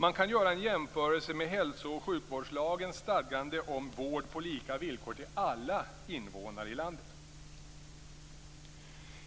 Man kan göra en jämförelse med hälso och sjukvårdslagens stadgande om vård på lika villkor till alla invånare i landet.